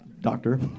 Doctor